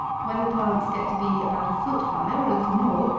when the plants get to be about a foot high or a little more,